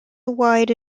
wide